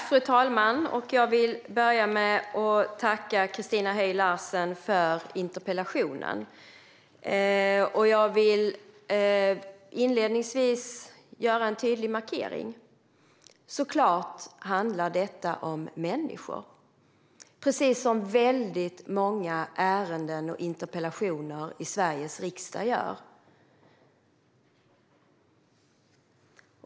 Fru talman! Jag tackar Christina Höj Larsen för interpellationen. Jag vill inledningsvis göra en tydlig markering. Såklart handlar detta om människor, precis som väldigt många ärenden och interpellationer i Sveriges riksdag gör.